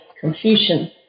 Confucian